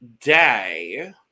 day